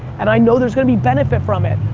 and i know there's going to be benefit from it.